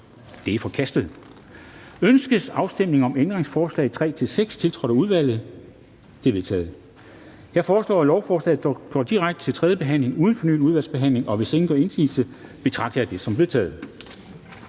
Det er forkastet. Ønskes afstemning om ændringsforslag nr. 3-6, tiltrådt af udvalget? Det er vedtaget. Jeg foreslår, at lovforslaget går direkte til tredje behandling uden fornyet udvalgsbehandling. Hvis ingen gør indsigelse, betragter jeg det som vedtaget.